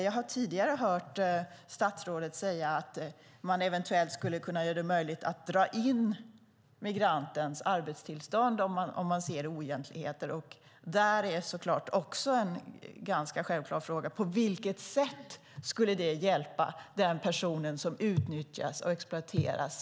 Jag har tidigare hört statsrådet säga att man eventuellt skulle kunna göra det möjligt att dra in migrantens arbetstillstånd om man ser oegentligheter. En självklar fråga är: På vilket sätt skulle att få sitt tillstånd indraget hjälpa den person som utnyttjas och exploateras?